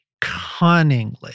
cunningly